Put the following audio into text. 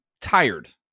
tired